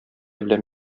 белән